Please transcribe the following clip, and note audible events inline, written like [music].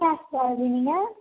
[unintelligible] நீங்கள்